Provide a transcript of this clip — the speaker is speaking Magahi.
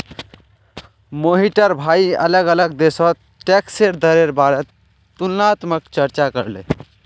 मोहिटर भाई अलग अलग देशोत टैक्सेर दरेर बारेत तुलनात्मक चर्चा करले